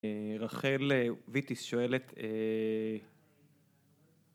רחל ויטיס שואלת אה...